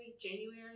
January